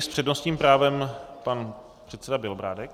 S přednostním právem pan předseda Bělobrádek.